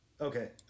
Okay